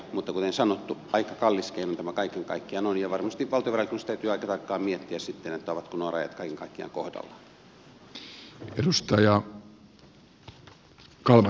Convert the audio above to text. mutta kuten sanottu aika kallis keino tämä kaiken kaikkiaan on ja varmasti valtiovarainvaliokunnassa täytyy aika tarkkaan miettiä sitten ovatko nuo rajat kaiken kaikkiaan kohdallaan